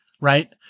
right